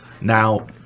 Now